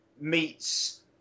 meets